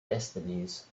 destinies